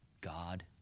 God